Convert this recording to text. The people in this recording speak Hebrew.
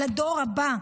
על הדור הבא.